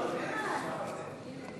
נתקבל.